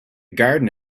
garden